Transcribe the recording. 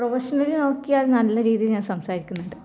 professionally നോക്കിയാൽ നല്ല രീതിയിൽ ഞാൻ സംസാരിക്കുന്നുണ്ട്